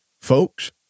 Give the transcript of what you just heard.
Folks